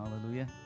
hallelujah